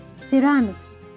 ceramics